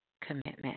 commitment